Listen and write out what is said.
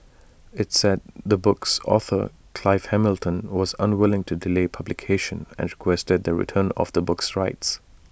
IT said the book's author Clive Hamilton was unwilling to delay publication and requested the return of the book's rights